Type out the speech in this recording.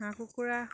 হাঁহ কুকুৰা